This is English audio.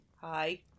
Hi